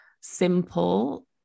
simple